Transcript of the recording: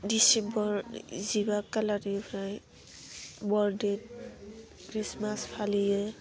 December जिबा खालारनिफ्राय बर'दिन ख्रिसमास फालियो